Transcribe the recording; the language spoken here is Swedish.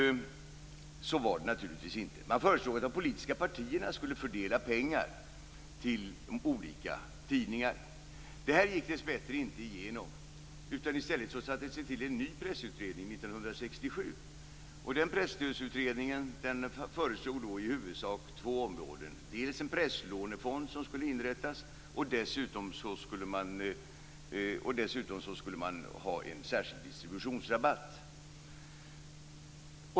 Så var det naturligtvis inte. Man föreslog att de politiska partierna skulle fördela pengar till de olika tidningarna. Detta förslag gick dessbättre inte igenom, utan i stället tillsattes en ny pressutredning 1967. Den föreslog i huvudsak två saker. Dels skulle en presslånefond inrättas, dels skulle man ha en särskild distributionsrabatt.